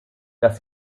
dass